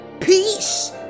peace